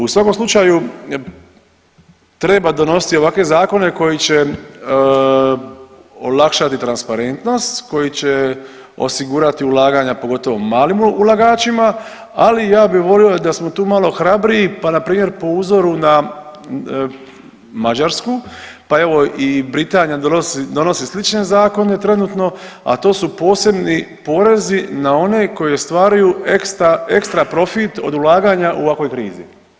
U svakom slučaju treba donositi ovakve zakone koji će olakšati transparentnost koji će osigurati ulaganja, pogotovo malim ulagačima, ali ja bi volio da smo tu malo hrabriji pa npr. po uzoru na Mađarsku pa evo i Britanija donosili slične zakone trenutno, a to su posebni porezi na one koji ostvaruju ekstra profit od ulaganja u ovakvoj krizi.